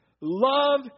love